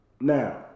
Now